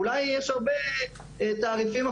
ולפי התפיסה הזאת שאת מתארת אולי יש הרבה תעריפים אחרים.